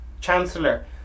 Chancellor